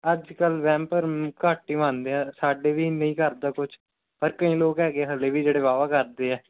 ਅੱਜ ਕੱਲ੍ਹ ਵਹਿਮ ਭਰਮ ਘੱਟ ਹੀ ਮੰਨਦੇ ਆ ਸਾਡੇ ਵੀ ਨਹੀਂ ਕਰ ਦਾ ਕੁਛ ਪਰ ਕਈ ਲੋਕ ਹੈਗੇ ਹਾਲੇ ਵੀ ਜਿਹੜੇ ਵਾਹ ਵਾਹ ਕਰਦੇ ਆ